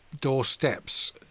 doorsteps